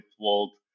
world